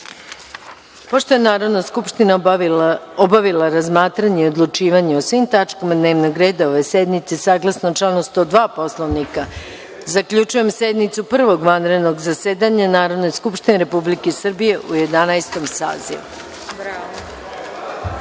je Narodna skupština obavila razmatranje i odlučivanje o svim tačkama dnevnog reda ove sednice, saglasno članu 102. Poslovnika, zaključujem sednicu Prvog vanrednog zasedanja Narodne skupštine Republike Srbije u Jedanaestom